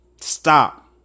Stop